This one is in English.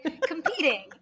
competing